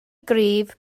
gryf